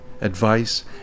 advice